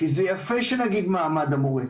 כי זה יפה שנגיד מעמד המורה,